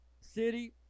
city